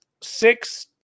six